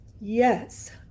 Yes